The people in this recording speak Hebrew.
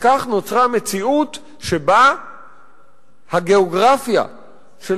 וכך נוצרה מציאות שבה הגיאוגרפיה של